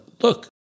look